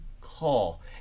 call